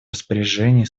распоряжении